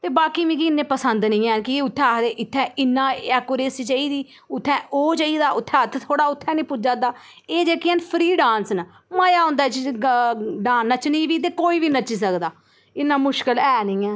ते बाकी मिगी इ'न्ने पसंद निं ऐ की उ'त्थें आखदे इ'त्थें इ'न्ना एक्यूरेसी चाहिदी उ'त्थें ओह् चाहिदा उ'त्थें हत्थ थुआढ़ा उ'त्थें निं पुज्जा दा एह् जेह्कियां न फ्री डांस न मज़ा औंदा इसी नच्चने ई ते कोई बी नच्ची सकदा इ'न्ना मुश्कल ऐ निं ऐ